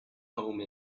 home